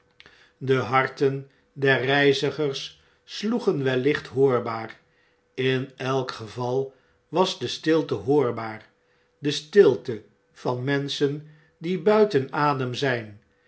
de harten der reizigers sloegen wellicht hoorbaar in elk geval was de stilte hoorbaar de stilte van menschen die buiten adem zijn